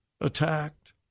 attacked